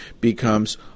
becomes